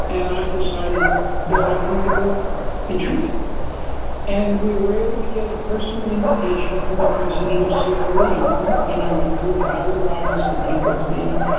and i decided that i wanted to go and treat it and we were able to get a personal invitation from the president of sierra leone, and i recruited howard robbins to come with me,